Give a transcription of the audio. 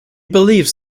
believes